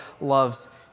loves